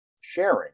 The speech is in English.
sharing